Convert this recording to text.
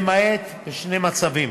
זאת למעט בשני מצבים: